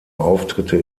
auftritte